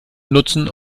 nutzen